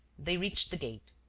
they reached the gate.